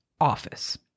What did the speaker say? office